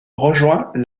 rejoint